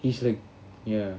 he's like ya